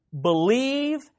believe